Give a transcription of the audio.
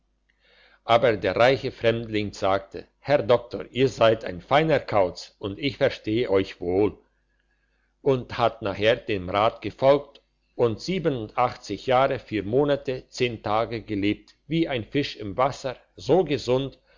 aber der reiche fremdling sagte herr doktor ihr seid ein feiner kauz und ich versteh euch wohl und hat nachher dem rat gefolgt und siebenundachtzig jahre vier monate zehn tage gelebt wie ein fisch im wasser so gesund